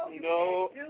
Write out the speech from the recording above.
no